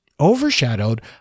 overshadowed